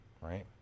right